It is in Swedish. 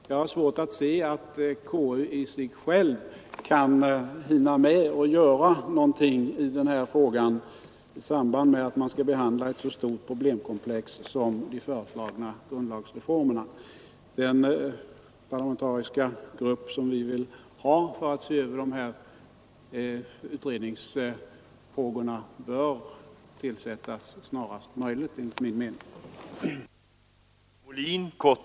Jag har svårt att se att KU kan hinna med att göra någonting i den här frågan i samband med behandlingen av ett så stort problemkomplex som de föreslagna grundlagsreformerna. Den parlamentariska grupp som vi vill ha för att se över utredningsväsendet bör enligt min mening vara fristående och tillsättas snarast möjligt